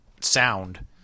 sound